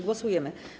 Głosujemy.